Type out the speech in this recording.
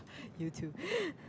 you too